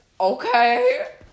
Okay